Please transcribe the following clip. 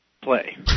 play